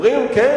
אומרים: כן,